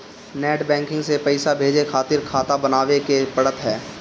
net banking से पईसा भेजे खातिर खाता बानवे के पड़त हअ